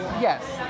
Yes